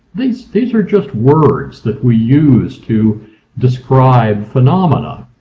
these these are just words that we use to describe phenomena.